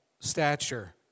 stature